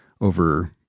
over